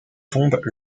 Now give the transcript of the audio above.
tombent